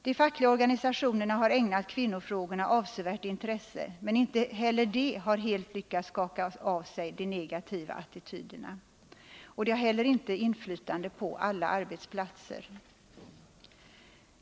De fackliga organisationerna har ägnat kvinnofrågorna avsevärt intresse, men inte heller de har helt lyckats skaka av sig de negativa attityderna. De har inte heller haft inflytande på alla arbetsplatser.